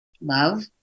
love